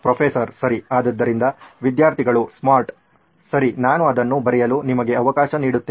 professor ಸರಿ ಆದ್ದರಿಂದ ವಿದ್ಯಾರ್ಥಿಗಳು ಸ್ಮಾರ್ಟ್ ಸರಿ ನಾನು ಅದನ್ನು ಬರೆಯಲು ನಿಮಗೆ ಅವಕಾಶ ನೀಡುತ್ತೇನೆ